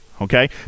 okay